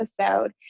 episode